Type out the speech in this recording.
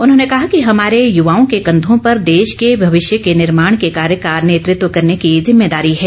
उन्होंने कहा कि हमारे युवाओं के कंधों पर देश के भविष्य के निर्माण के कार्य का नेतृत्व करने की जिम्मेदारी है